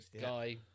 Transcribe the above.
guy